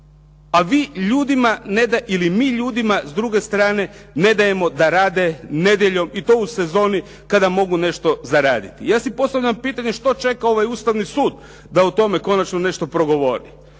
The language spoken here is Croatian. a vi ljudima ili mi ljudima s druge strane ne dajemo da rade nedjeljom i to u sezoni kada mogu nešto zaraditi. Ja si postavljam pitanje što čeka ovaj Ustavni sud, da o tome konačno nešto progovori.